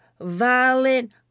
violent